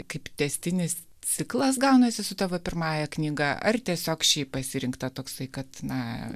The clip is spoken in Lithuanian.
kaip tęstinis ciklas gaunasi su tavo pirmąja knyga ar tiesiog šiaip pasirinkta toksai kad na